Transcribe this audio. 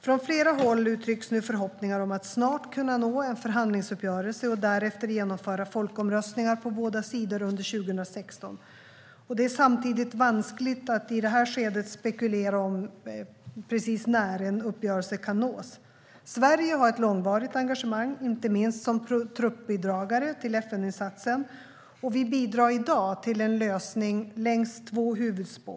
Från flera håll uttrycks nu förhoppningar om att snart kunna nå en förhandlingsuppgörelse och därefter genomföra folkomröstningar på båda sidor under 2016. Det är samtidigt vanskligt att i detta skede spekulera om precis när en uppgörelse kan nås. Sverige har ett långvarigt engagemang, inte minst som truppbidragare till FN-insatsen. Vi bidrar i dag till en lösning längs två huvudspår.